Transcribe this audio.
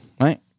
Right